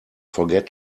forget